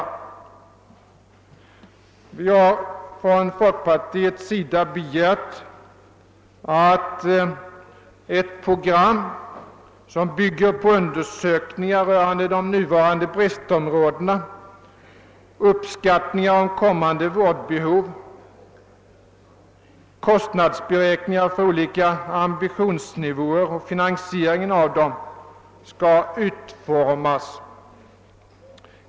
od Vi har från folkpartiet begärt att ett program, som bygger på undersökningar rörande de nuvarande bristområdena, på uppskattningar av kommande vårdbehov samt på kostnadsberäkningar för olika ambitionsnivåer och finansieringen av dessa, skall utformas.